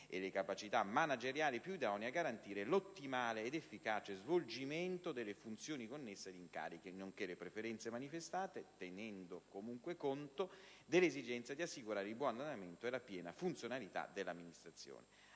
e le capacità manageriali più idonee a garantire l'ottimale ed efficace svolgimento delle funzioni connesse agli incarichi, nonché le preferenze manifestate, tenendo comunque conto dell'esigenza di assicurare il buon andamento e la piena funzionalità dell'amministrazione.